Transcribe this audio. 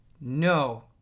no